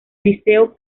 liceo